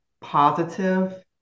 positive